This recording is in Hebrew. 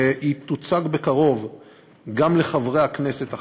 והיא תוצג בקרוב גם לחברי הכנסת החרדים,